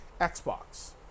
Xbox